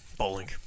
Bowling